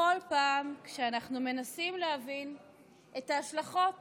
כל פעם כשאנחנו מנסים להבין את ההשלכות